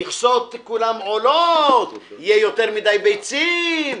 המכסות כולן עולות, יהיו יותר מדי ביצים.